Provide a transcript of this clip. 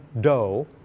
Doe